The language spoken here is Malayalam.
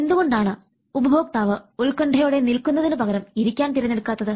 എന്തുകൊണ്ടാണ് ഉപഭോക്താവ് ഉത്കണ്ഠയോടെ നിൽക്കുന്നതിനു പകരം ഇരിക്കാൻ തെരഞ്ഞെടുക്കാത്തത്